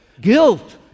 Guilt